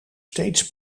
steeds